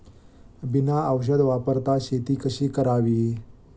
बिना औषध वापरता शेती कशी करावी?